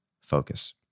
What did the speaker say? focus